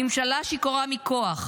הממשלה שיכורה מכוח,